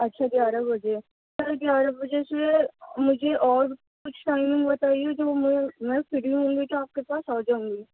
اچھا گیارہ بجے سر گیارہ بجے سے مجھے اور کچھ ٹائمنگ بتائیے جو میں میں فری ہوں گی تو آپ کے پاس آ جاؤں گی